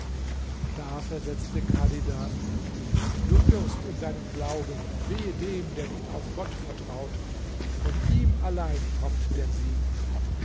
da versetzte chadidan du irrst in deinem glauben wehe dem der nicht auf gott vertraut von ihm allein kommt der sieg